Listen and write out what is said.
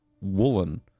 woolen